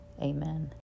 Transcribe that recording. amen